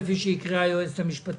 כפי שהקריאה אותו היועצת המשפטית?